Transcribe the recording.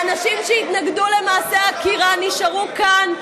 האנשים שהתנגדו למעשה העקירה נשארו כאן.